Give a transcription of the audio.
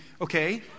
okay